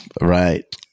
Right